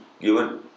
given